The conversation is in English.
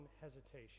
hesitation